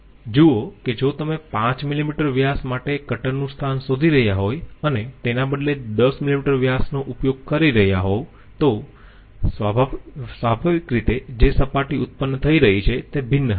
જુઓ કે જો તમે 5 મિલીમીટર વ્યાસ માટે કટરનું સ્થાન શોધી રહ્યા હોય અને તેના બદલે 10 મિલીમીટર વ્યાસનો ઉપયોગ કરી રહ્યાં હોવ તો સ્વાભાવિક રીતે જે સપાટી ઉત્પન્ન થઈ રહી છે તે ભિન્ન હશે